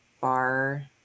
bar